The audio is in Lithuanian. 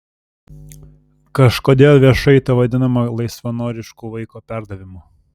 kažkodėl viešai tai vadinama laisvanorišku vaiko perdavimu